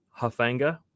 Hafanga